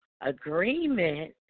agreement